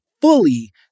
fully